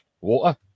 water